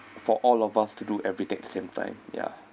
for all of us to do everything same time ya